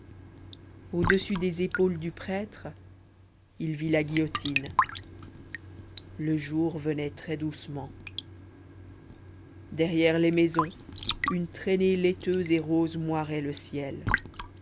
au-dessus des épaules du prêtre il vit la guillotine le jour venait très doucement derrière les maisons une traînée laiteuse et rosé moirait le ciel